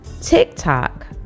TikTok